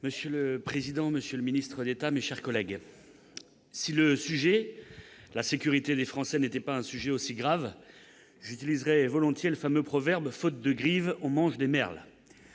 Monsieur le président, monsieur le ministre d'État, madame la ministre, mes chers collègues, si le sujet- la sécurité des Français - n'était pas aussi grave, j'utiliserais volontiers le fameux proverbe :« Faute de grives, on mange des merles ».